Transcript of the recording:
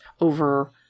over